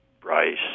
Bryce